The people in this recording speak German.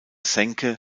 senke